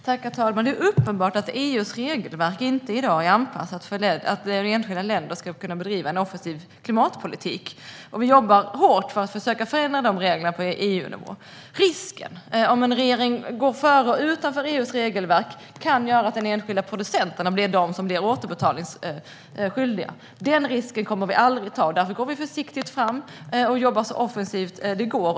Herr talman! Det är uppenbart att EU:s regelverk i dag inte är anpassat för att enskilda länder ska kunna bedriva en offensiv klimatpolitik. Vi jobbar hårt för att försöka förändra de reglerna på EU-nivå. Risken om en regering går före och utanför EU:s regelverk är att det är de enskilda producenterna som blir återbetalningsskyldiga. Den risken kommer vi aldrig att ta, och därför går vi försiktigt fram och jobbar så offensivt det går.